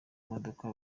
modoka